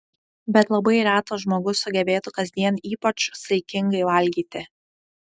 bet labai retas žmogus sugebėtų kasdien ypač saikingai valgyti